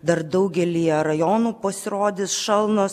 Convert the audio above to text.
dar daugelyje rajonų pasirodys šalnos